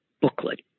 booklet